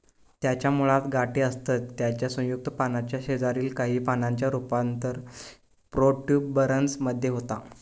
त्याच्या मुळात गाठी असतत त्याच्या संयुक्त पानाच्या शेजारील काही पानांचा रूपांतर प्रोट्युबरन्स मध्ये होता